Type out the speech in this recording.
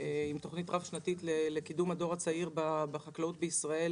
הם חלק מתוכנית רב-שנתית לקידום הדור הצעיר בחקלאות בישראל,